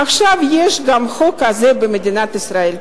עכשיו יש גם חוק כזה במדינת ישראל.